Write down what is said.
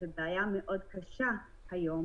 בעיה מאוד קשה היום.